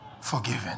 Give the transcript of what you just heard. Forgiven